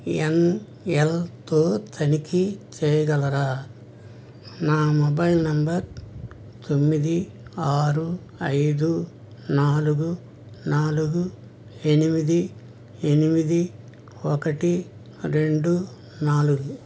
ఎన్ ఎల్తో తనిఖీ చేయగలరా నా మొబైల్ నంబర్ తొమ్మిది ఆరు ఐదు నాలుగు నాలుగు ఎనిమిది ఎనిమిది ఒకటి రెండు నాలుగు